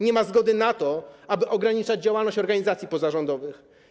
Nie ma zgody na to, aby ograniczać działalność organizacji pozarządowych.